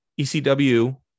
ECW